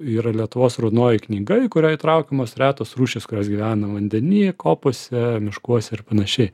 yra lietuvos raudonoji knyga į kurią įtraukiamos retos rūšys kurios gyvena vandeny kopose miškuose ir panašiai